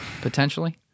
potentially